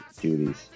duties